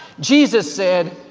jesus said,